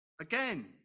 Again